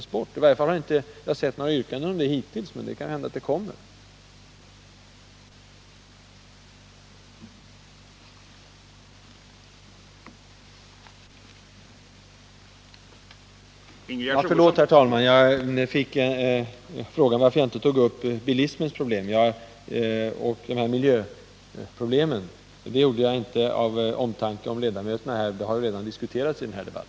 Jag har i varje fall inte sett några yrkanden om det hittills, men det kan ju hända att det kommer sådana. Att jag inte har tagit upp frågan om bilismen och miljöproblemen beror på att den har diskuterats tidigare i dagens debatt.